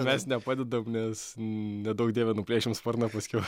mes nepadedam nes neduok dieve nuplėšim sparną paskiau